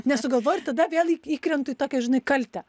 nesugalvoju ir tada vėl į įkrentu į tokią žinai kaltę